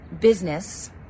business